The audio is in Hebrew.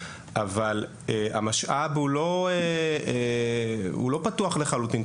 אבל המשאב הוא לא פתוח לחלוטין.